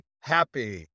happy